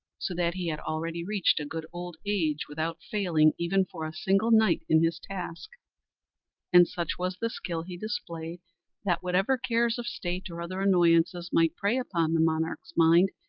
so that he had already reached a good old age without failing even for a single night in his task and such was the skill he displayed that whatever cares of state or other annoyances might prey upon the monarch's mind,